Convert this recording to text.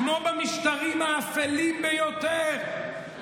כמו במשטרים האפלים ביותר,